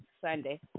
Sunday